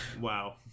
Wow